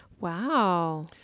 Wow